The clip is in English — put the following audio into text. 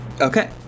Okay